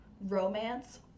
romance